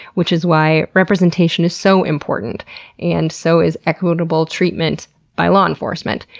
which is why representation is so important and so is equitable treatment by law enforcement.